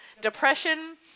depression